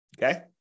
Okay